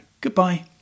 Goodbye